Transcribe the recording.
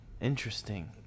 Interesting